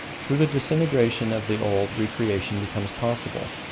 through the disintegration of the old, re-creation becomes possible.